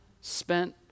spent